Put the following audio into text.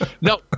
No